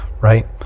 right